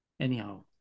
Anyhow